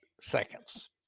seconds